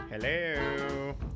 Hello